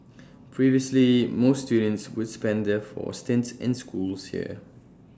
previously most students would spend their four stints in schools here